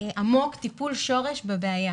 עמוק, טיפול שורש בבעיה.